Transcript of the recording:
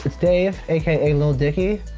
it's dave. aka lil dicky.